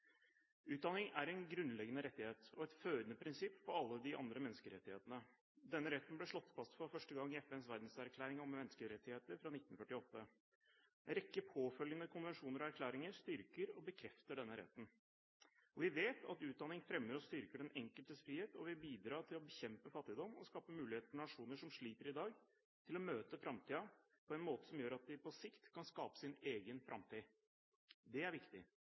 utdanning. Utdanning er en grunnleggende rettighet og et førende prinsipp for alle de andre menneskerettighetene. Denne retten ble slått fast for første gang i FNs verdenserklæring om menneskerettigheter fra 1948. En rekke påfølgende konvensjoner og erklæringer styrker og bekrefter denne retten. Vi vet at utdanning fremmer og styrker den enkeltes frihet og vil bidra til å bekjempe fattigdom og skape muligheter for nasjoner som sliter i dag, til å møte framtiden på en måte som gjør at de på sikt kan skape sin egen framtid. Det er viktig.